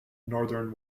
northern